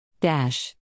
dash